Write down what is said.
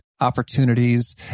opportunities